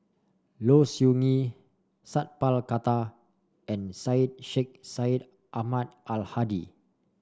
Low Siew Nghee Sat Pal Khattar and Syed Sheikh Syed Ahmad Al Hadi